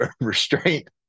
restraint